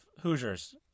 Hoosiers